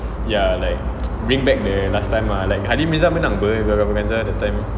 ya like bring back the last time lah like hady mirza menang [pe] Gegar Vaganza that time